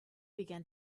began